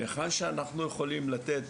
היכן שאנחנו יכולים לתת